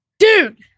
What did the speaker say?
Dude